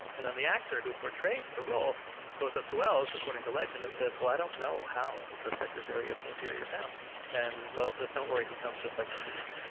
and then, the actor who portrayed the role goes up to welles, according to legend and says, well, i don't know how the secretary of the interior sounds. and welles says, don't worry. he sounds just like roosevelt.